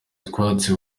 utwatsi